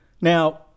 Now